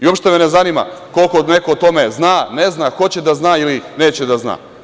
Uopšte me ne zanima koliko neko o tome zna, ne zna, hoće da zna ili neće da zna.